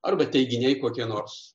arba teiginiai kokie nors